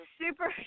super